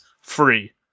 free